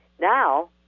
now